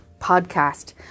podcast